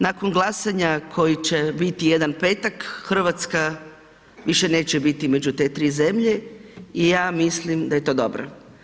Nakon glasanja koji će biti jedan petak RH više neće biti među te 3 zemlje i ja mislim da je to dobro.